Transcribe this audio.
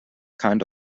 kind